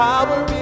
Power